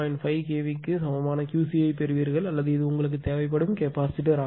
5 kV க்கு சமமான QC ஐப் பெறுவீர்கள் அல்லது இது உங்களுக்குத் தேவைப்படும் கெப்பாசிட்டர் ஆகும்